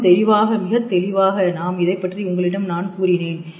முகம் தெளிவாக மிகத் தெளிவாக நாம் இதைப் பற்றி உங்களிடம் நான் கூறினேன்